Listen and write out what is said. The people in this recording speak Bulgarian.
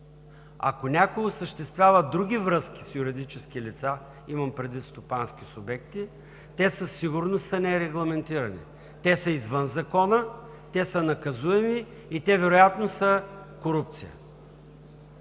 Ако някой осъществява други връзки с юридически лица, имам предвид стопански субекти, те със сигурност са нерегламентирани, те са извън закона, те са наказуеми и те вероятно са корупция.